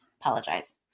apologize